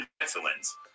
excellence